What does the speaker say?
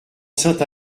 sainte